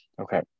okay